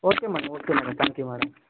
okay madam okay madam thank you madam